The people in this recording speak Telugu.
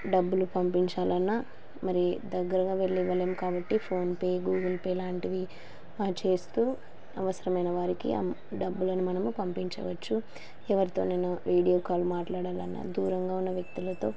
డబ్బులు పంపించాలన్నా మరి దగ్గరగా వెళ్ళి ఇవ్వలేము కాబట్టి ఫోన్పే గూగుల్ పే లాంటివి చేస్తూ అవసరమైన వారికి ఆ డబ్బులను మనము పంపించవచ్చు ఎవరితో నేను వీడియో కాల్ మాట్లాడాలన్నా దూరంగా ఉన్న వ్యక్తులతో